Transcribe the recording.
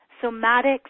somatic